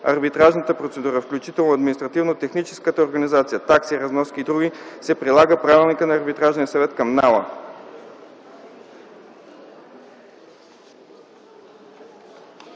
арбитражната процедура, включително административно-техническата организация, такси, разноски и други, се прилага правилника на Арбитражния съвет към НАОА.